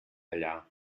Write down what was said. allà